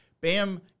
Bam